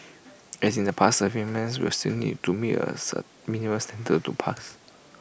as in the past servicemen will still need to meet A minimum standard to pass